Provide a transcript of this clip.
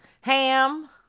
Ham